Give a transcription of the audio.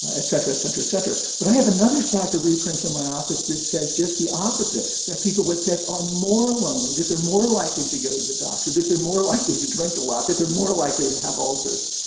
et cetera, et cetera, et cetera. but i have another stack of reprints in my office that says just the opposite, that people with pets are more lonely, that they're more likely to go to the doctor, that they're more likely to drink a lot, that they're more likely to have ulcers.